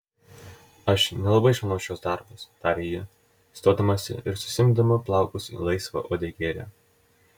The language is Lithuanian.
aš nelabai išmanau šiuos darbus tarė ji stodamasi ir susiimdama plaukus į laisvą uodegėlę